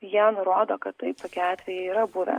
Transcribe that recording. jie nurodo kad taip tokie atvejai yra buvę